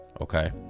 Okay